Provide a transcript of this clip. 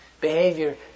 Behavior